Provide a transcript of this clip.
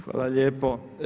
Hvala lijepo.